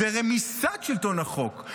זו רמיסת שלטון החוק.